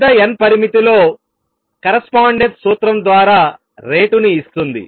పెద్ద n పరిమితిలో correspondence సూత్రం ద్వారా రేటును ఇస్తుంది